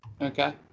Okay